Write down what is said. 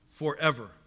forever